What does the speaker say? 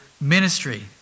ministry